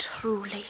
truly